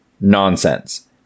nonsense